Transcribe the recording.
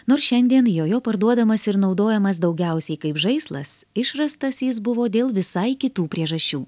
nors šiandien jojo parduodamas ir naudojamas daugiausiai kaip žaislas išrastas jis buvo dėl visai kitų priežasčių